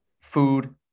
food